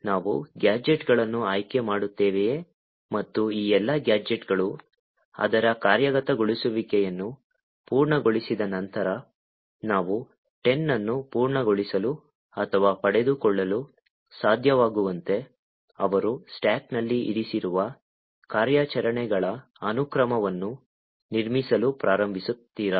ನಾವು ಗ್ಯಾಜೆಟ್ಗಳನ್ನು ಆಯ್ಕೆ ಮಾಡುತ್ತೇವೆಯೇ ಮತ್ತು ಈ ಎಲ್ಲಾ ಗ್ಯಾಜೆಟ್ಗಳು ಅದರ ಕಾರ್ಯಗತಗೊಳಿಸುವಿಕೆಯನ್ನು ಪೂರ್ಣಗೊಳಿಸಿದ ನಂತರ ನಾವು 10 ಅನ್ನು ಪೂರ್ಣಗೊಳಿಸಲು ಅಥವಾ ಪಡೆದುಕೊಳ್ಳಲು ಸಾಧ್ಯವಾಗುವಂತೆ ಅವರು ಸ್ಟಾಕ್ನಲ್ಲಿ ಇರಿಸಿರುವ ಕಾರ್ಯಾಚರಣೆಗಳ ಅನುಕ್ರಮವನ್ನು ನಿರ್ಮಿಸಲು ಪ್ರಾರಂಭಿಸುತ್ತೀರಾ